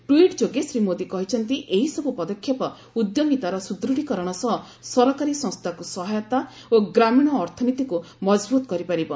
tweet ଯୋଗେ ଶ୍ରୀ ମୋଦି କହିଛନ୍ତି ଏହିସବୁ ପଦକ୍ଷେପ ଉଦ୍ୟମିତାର ସୁଦୃତ୍ତୀକରଣ ସହ ସରକାରୀ ସଂସ୍ଥାକୁ ସହାୟତା ଓ ଗ୍ରାମୀଣ ଅର୍ଥନୀତିକୁ ମଜବୁତ୍ କରିପାରିବ